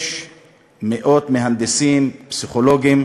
יש מאות מהנדסים, פסיכולוגים.